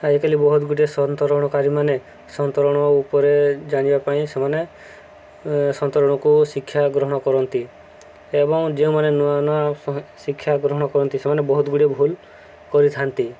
ଆଜିକାଲି ବହୁତ ଗୁଡ଼ିଏ ସନ୍ତରଣକାରୀମାନେ ସନ୍ତରଣ ଉପରେ ଜାଣିବା ପାଇଁ ସେମାନେ ସନ୍ତରଣକୁ ଶିକ୍ଷା ଗ୍ରହଣ କରନ୍ତି ଏବଂ ଯେଉଁମାନେ ନୂଆ ନୂଆ ଶିକ୍ଷା ଗ୍ରହଣ କରନ୍ତି ସେମାନେ ବହୁତ ଗୁଡ଼ିଏ ଭୁଲ କରିଥାନ୍ତି